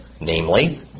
namely